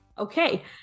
Okay